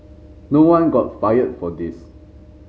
no one got fired for this